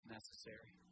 necessary